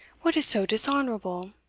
what is so dishonourable?